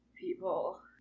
people